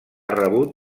rebut